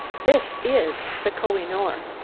this is the koh-i-noor!